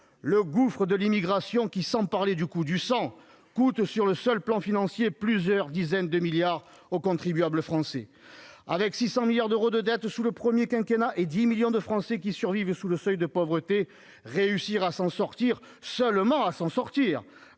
le gouffre de l'immigration, qui, sans parler du coût du sang, coûte plusieurs dizaines de milliards d'euros aux contribuables français ! Avec 600 milliards d'euros de dette sous le premier quinquennat et 10 millions de Français qui survivent sous le seuil de pauvreté, réussir à s'en sortir, et seulement à s'en sortir,